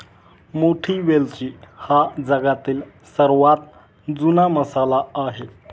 मोठी वेलची हा जगातील सर्वात जुना मसाला आहे